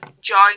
join